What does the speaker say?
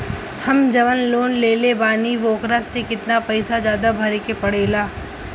हम जवन लोन लेले बानी वोकरा से कितना पैसा ज्यादा भरे के पड़ेला?